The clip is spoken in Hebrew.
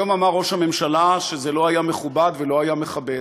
היום אמר ראש הממשלה שזה לא היה מכובד ולא היה מכבד.